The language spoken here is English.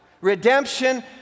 redemption